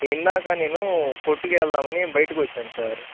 ఇందాక నేను కొట్టుకి వెళ్దామని బయటికొచ్చాను సార్